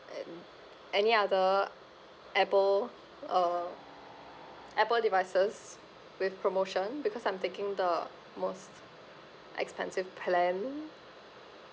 an~ any other apple uh apple devices with promotion because I'm taking the most expensive plan